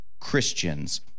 Christians